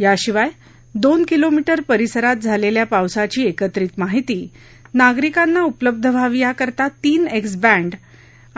याशिवाय दोन किलोमीटर परिसरात झालेल्या पावसाची एकत्रित माहिती नागरिकांना उपलब्ध व्हावी याकरता तीन एक्स बँड